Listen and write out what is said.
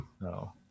No